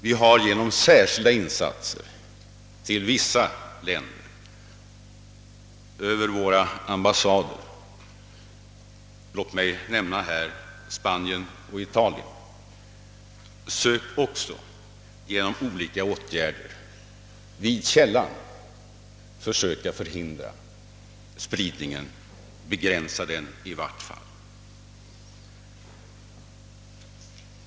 Vi har genom särskilda insatser genom våra ambassader i vissa länder — låt mig nämna Spanien och Italien — försökt att med åtgärder vid källan förhindra spridningen eller i varje fall begränsa den.